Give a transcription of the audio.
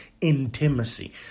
intimacy